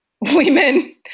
women